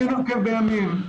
אני נוקב בימים.